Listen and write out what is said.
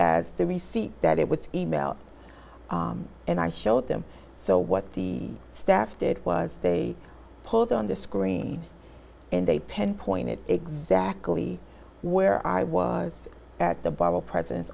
as the receipt that it was e mail and i showed them so what the staff did was they pulled on the screen and a pen pointed exactly where i was at the bottle president's